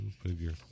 figure